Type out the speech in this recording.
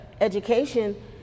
education